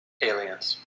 aliens